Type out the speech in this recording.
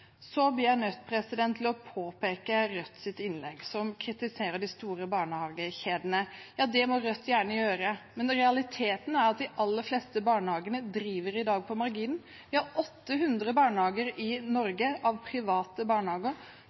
Så blir jeg nødt til å påpeke Rødts innlegg, som kritiserer de store barnehagekjedene. Det må Rødt gjerne gjøre, men realiteten er at de aller fleste barnehagene i dag driver på marginen. Vi har 800 private barnehager i Norge